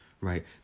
right